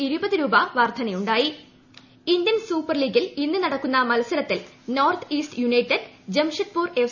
L Indian super ലീഗിൽ ഇന്ന് നടക്കുന്ന മത്സരത്തിൽ നോർത്ത് ഈസ്റ്റ് യുണൈറ്റഡ് ഇന്ന് ജംഷഡ്പൂർ എഫ്